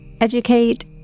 educate